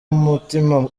umutima